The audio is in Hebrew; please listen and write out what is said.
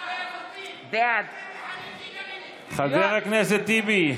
בעד חבר הכנסת טיבי,